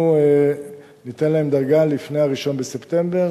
אנחנו ניתן להם דרגה לפני ה-1 בספטמבר,